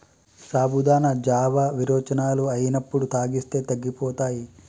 సాబుదానా జావా విరోచనాలు అయినప్పుడు తాగిస్తే తగ్గిపోతాయి